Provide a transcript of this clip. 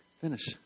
Finish